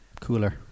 cooler